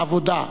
העבודה,